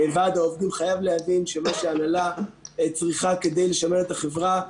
ועד העובדים חייב להבין שמה שהנהלה צריכה כדי לשמר את החברה,